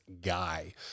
guy